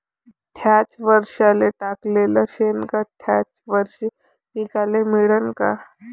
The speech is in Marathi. थ्याच वरसाले टाकलेलं शेनखत थ्याच वरशी पिकाले मिळन का?